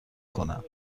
کنند